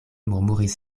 murmuris